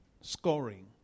scoring